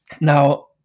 now